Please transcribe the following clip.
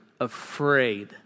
Afraid